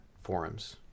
forums